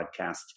podcast